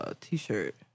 t-shirt